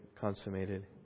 consummated